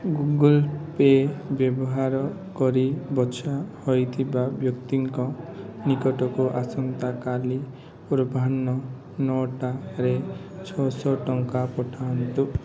Google Pay ବ୍ୟବହାର କରି ବଛା ହୋଇଥିବା ବ୍ୟକ୍ତିଙ୍କ ନିକଟକୁ ଆସନ୍ତାକାଲି ପୂର୍ବାହ୍ନ ନଅଟାରେ ଛଅଶହ ଟଙ୍କା ପଠାନ୍ତୁ